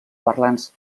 parlants